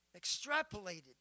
extrapolated